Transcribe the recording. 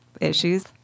issues